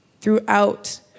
throughout